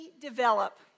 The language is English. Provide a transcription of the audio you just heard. develop